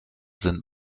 sind